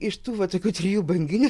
iš tų va tokių trijų banginių